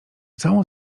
całą